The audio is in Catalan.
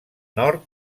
nord